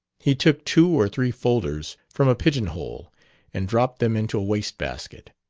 he took two or three folders from a pigeon-hole and dropped them into a waste-basket.